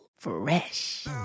Fresh